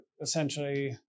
essentially